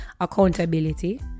accountability